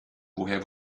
woher